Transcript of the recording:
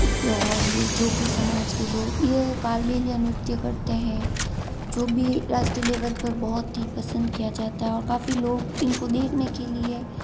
और ये जोगी समाज के लोग यह कालबेलिया नृत्य करते हैं जो भी राष्ट्रीय लेवल पर बहुत ही पसंद किया जाता है और काफ़ी लोग इनको देखने के लिए